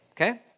okay